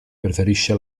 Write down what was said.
preferisce